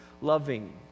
loving